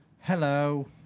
Hello